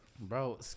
Bro